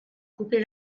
couper